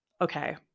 Okay